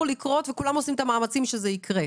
לקרות וכולם עושים את המאמצים שזה יקרה,